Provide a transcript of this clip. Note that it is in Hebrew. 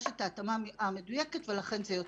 יש את ההתאמה המדויקת ולכן זה יוצא.